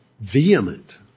vehement